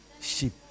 sheep